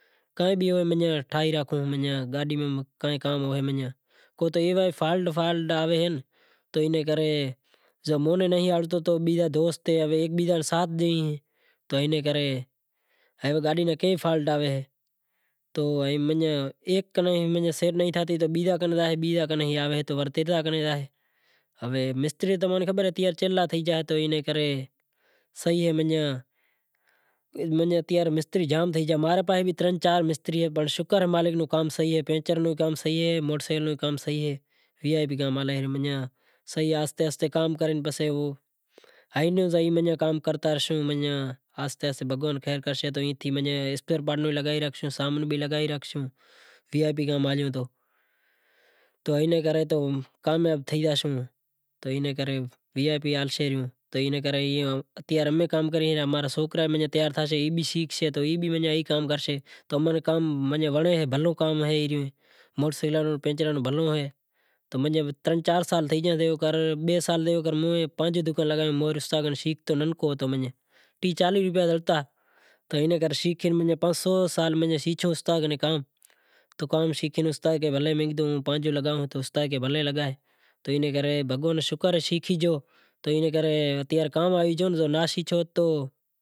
کائیں بھی ہوئے منجاں ٹھائی راکھوں کوئی ایوا بھی فالٹ آوے تو اینے کرے ومں نی نہیں آوڑتو تو بیزا دوست اہیں ہیکے بیزے نو ساتھ ڈئی تو گاڈی ماں کئی فالٹ آویں تو منجاں تو ہیک کناں سیٹ نئیں تھے تو بیزا کنیں زائیں، بیزا کنیں نہیں تھے تو تریزے کنیں زائے ہوے مستری تمیں خبر اے کہ کیتلا تھئی گیا تو مستری زام تھے گیا ماں رے پاہے بھی ترن چار مستری اہیں پنڑ شکر اے مالک نو کام صحیح اے پنچر نو کام بھی صحیح اے پنچر نو کام بھی صحیح اے وی آئی پی کام ہلے۔ صحیح آہستے آہستے کام کرے امیں بھگوان کرشے آہستے آہستے کام کرتا راسوں پانڑی بھی لگائی راکھشوں، شامیانوں بھی لگائی راکھشوں تو اینے کرے وی آئی پی کام کرے ماں را سوکرا تیار تھیسیں تو ای بھی شیکھیسیں تو ای بھی کام کرسیں۔ ماں نیں ای کام ونڑے، کام بھلو تھئی گیو پانچ سہ سال تھی گیا میں پانجو دہندہو لگایو موہر شیکھتو ننکو ہتو ٹیہہ چالیہہ روپیا زڑتا ہوے شیکھیو استاد کنیں پانس سہ سال استاد کنیں تو کام شیکھے تو میں کہیو پانجو لگاواں تو استاد کہے بھلیں لگائے تو اینے کرے بھگوان نو شکر اے شیکھے گیو ناں شیکھیو